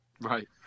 Right